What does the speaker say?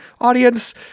audience